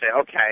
okay